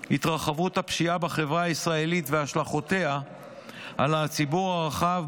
התרחבות הפשיעה בחברה הישראלית והשלכותיה על הציבור הרחב,